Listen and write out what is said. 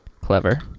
Clever